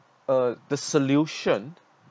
uh the solution